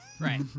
right